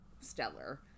stellar